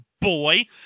boy